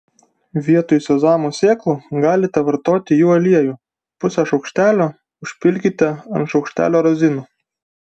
vietoj sezamo sėklų galite vartoti jų aliejų pusę šaukštelio užpilkite ant šaukštelio razinų